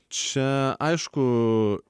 čia aišku